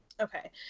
Okay